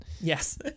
Yes